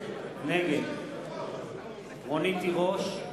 נגד רונית תירוש,